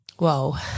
Whoa